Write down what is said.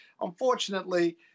Unfortunately